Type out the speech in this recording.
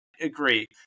agree